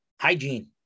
hygiene